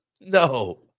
No